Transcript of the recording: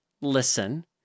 listen